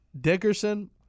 Dickerson